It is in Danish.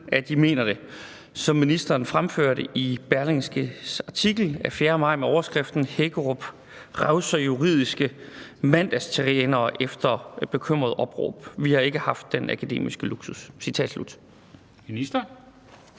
at de mener det«, som ministeren fremfører i Berlingskes artikel fra den 4. maj med overskriften »Hækkerup revser juridiske »mandagstrænere« efter bekymret opråb: »Vi har ikke haft den akademiske luksus««? Kl. 13:35